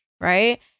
Right